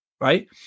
right